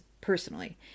personally